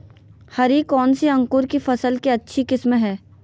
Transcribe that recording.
हरी कौन सी अंकुर की फसल के अच्छी किस्म है?